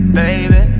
baby